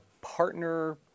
partner